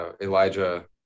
Elijah